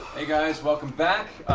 hey guys, welcome back.